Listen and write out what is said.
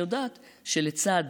שיודעת שלצד